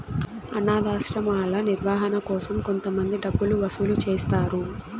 అనాధాశ్రమాల నిర్వహణ కోసం కొంతమంది డబ్బులు వసూలు చేస్తారు